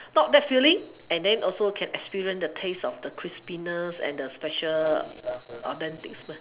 not that filling and then also can experience the taste of the crispiness and then the special authentic